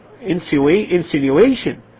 insinuation